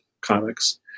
comics